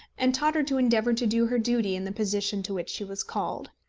and taught her to endeavour to do her duty in the position to which she was called.